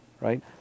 right